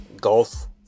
golf